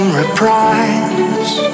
reprise